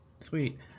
Sweet